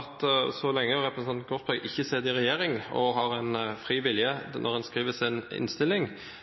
at så lenge representanten Korsberg ikke sitter i regjering, og en har en fri vilje når en skriver sin innstilling, mener en